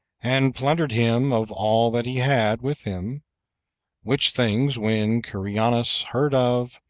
and plundered him of all that he had with him which things when cumanus heard of,